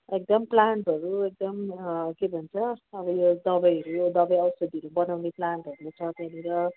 एकदम प्लान्टहरू एकदम के भन्छ अब यो दबाईहरू दबाई औषधीहरू बनाउने प्लान्टहरू छ त्यहाँनिर